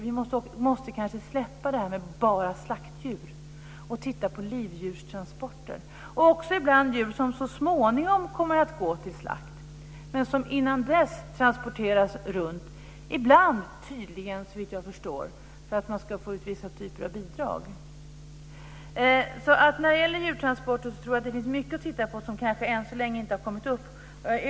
Vi måste kanske släppa det här med att bara titta på slaktdjur och också titta på livdjurstransporter och ibland på djur som så småningom kommer att gå till slakt men som innan dess transporteras runt. Det görs tydligen ibland, såvitt jag förstår, för att man ska få ut vissa typer av bidrag. När det gäller djurtransporter tror jag att det finns mycket att titta på som kanske än så länge inte har kommit upp.